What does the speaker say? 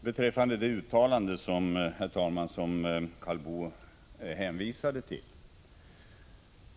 Herr talman! Jag vill till att börja med kommentera det uttalande som Karl Boo hänvisade till.